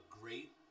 great